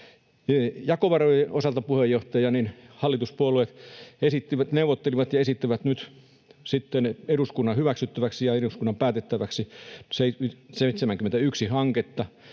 Jakovarojen osalta, puheenjohtaja, hallituspuolueet neuvottelivat ja esittivät nyt sitten eduskunnan hyväksyttäväksi ja päätettäväksi 71 hanketta,